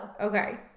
Okay